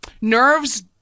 Nerves